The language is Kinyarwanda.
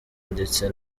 ndetse